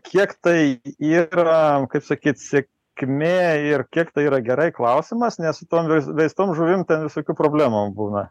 kiek tai yra kaip sakyt sėkmė ir kiek tai yra gerai klausimas nes su tom vei veistom žuvim ten visokių problemų būna